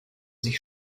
sich